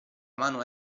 mano